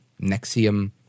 Nexium